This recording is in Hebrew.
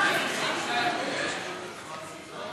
הצעת חוק הגנת הצרכן (תיקון,